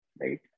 Right